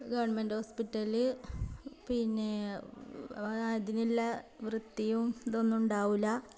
government hospital പിന്നെ അതിനുള്ള വൃത്തിയും ഇതൊന്നും ഉണ്ടാകില്ല